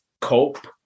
cope